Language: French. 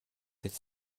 cette